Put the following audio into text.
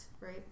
right